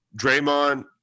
Draymond